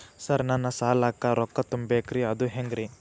Sir ನನ್ನ ಸಾಲಕ್ಕ ರೊಕ್ಕ ತುಂಬೇಕ್ರಿ ಅದು ಹೆಂಗ್ರಿ?